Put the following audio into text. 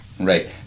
Right